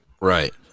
Right